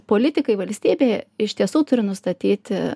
politikai valstybė iš tiesų turi nustatyti